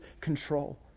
control